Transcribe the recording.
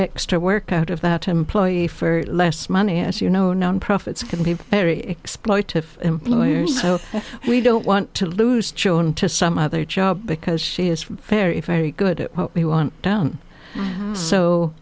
extra work out of that employee for less money as you know nonprofits can be very exploitive employers so we don't want to lose children to some other job because she is very very good at what we want down so